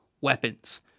weapons